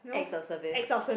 acts of service